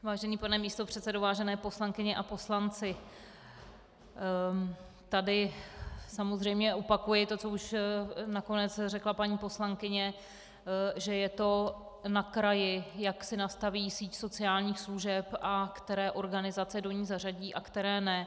Vážený pane místopředsedo, vážené poslankyně a poslanci, tady samozřejmě opakuji to, co už nakonec řekla paní poslankyně, že je na kraji, jak si nastaví síť sociálních služeb a které organizace do ní zařadí a které ne.